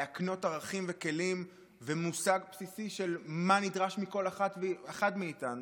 להקנות ערכים וכלים ומושג בסיסי של מה שנדרש מכל אחד ואחת מאיתנו.